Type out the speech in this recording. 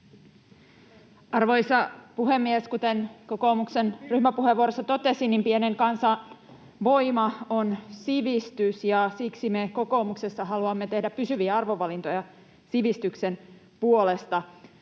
Arvoisa puhemies! Kuten kokoomuksen ryhmäpuheenvuorossa totesin, pienen kansan voima on sivistys, ja siksi me kokoomuksessa haluamme tehdä pysyviä arvovalintoja sivistyksen puolesta.